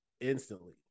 instantly